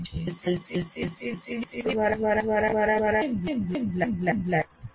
LCD projector દ્વારા વ્યાખ્યાન અને બ્લેકબોર્ડ અથવા વ્યાખ્યાન અને PPT પ્રેઝન્ટેશન વગેરે